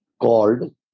called